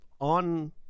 on